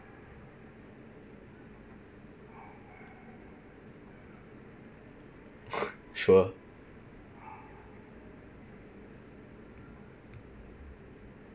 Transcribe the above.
sure